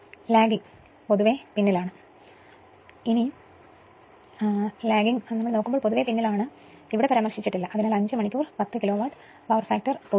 lagging ഇത് പൊതുവെ പിന്നിലാണ് എന്നാൽ ഇവിടെ പരാമർശിച്ചിട്ടില്ല അതിനാൽ 5 മണിക്കൂർ 10 കിലോവാട്ട് പവർ ഫാക്ടർ 0